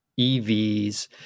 evs